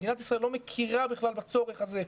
מדינת ישראל לא מכירה בכלל בצורך הזה.